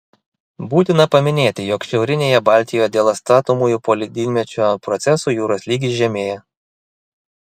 būtina paminėti jog šiaurinėje baltijoje dėl atstatomųjų poledynmečio procesų jūros lygis žemėja